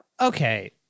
okay